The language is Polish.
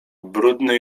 brudny